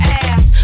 ass